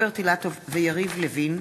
רוברט אילטוב ויריב לוין,